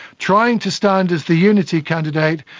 trying to stand as the unity candidate,